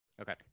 okay